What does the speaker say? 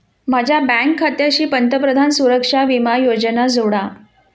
माझ्या बँक खात्याशी पंतप्रधान सुरक्षा विमा योजना जोडा